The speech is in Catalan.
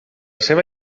seva